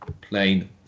plain